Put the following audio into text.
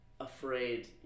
afraid